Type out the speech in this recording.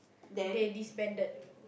they disbanded